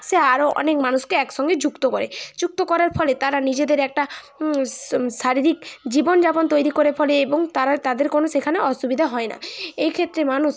সে আরো অনেক মানুষকে একসঙ্গে যুক্ত করে যুক্ত করার ফলে তারা নিজেদের একটা শারীরিক জীবন যাপন তৈরি করে ফলে এবং তারা তাদের কোনো সেখানে অসুবিধা হয় না এই ক্ষেত্রে মানুষ